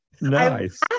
Nice